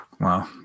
Wow